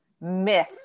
myth